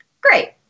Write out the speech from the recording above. great